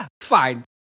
fine